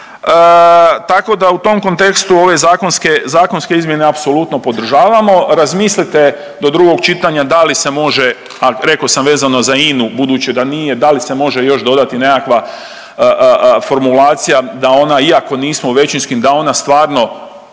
Tako da u tom kontekstu ove zakonske, zakonske izmjene apsolutno podržavamo, razmislite do drugog čitanja da li se može, a reko sam vezano za INA-u budući da nije, da li se može još dodati nekakva formulacija da ona iako nismo u većinskim da ona stvarno